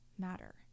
matter